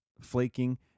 flaking